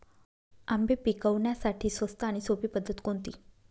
आंबे पिकवण्यासाठी स्वस्त आणि सोपी पद्धत कोणती?